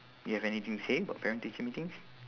you have anything to say about parent teacher meetings